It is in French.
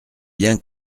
bien